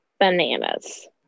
bananas